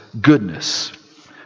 goodness